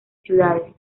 ciudades